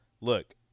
look